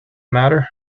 matter